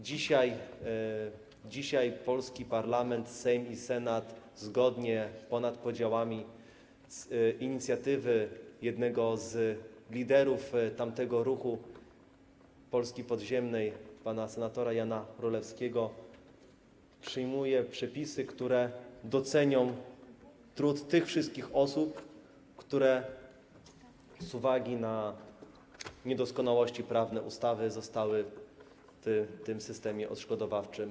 Dzisiaj polski parlament, Sejm i Senat, zgodnie, ponad podziałami, z inicjatywy jednego z liderów tamtego ruchu Polski podziemnej pana senatora Jana Rulewskiego przyjmuje przepisy, które docenią trud tych wszystkich osób, które z uwagi na niedoskonałości prawne ustawy zostały pominięte w systemie odszkodowawczym.